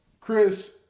Chris